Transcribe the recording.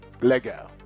lego